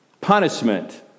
punishment